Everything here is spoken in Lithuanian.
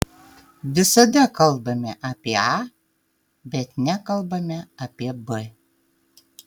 visada kalbame apie a bet nekalbame apie b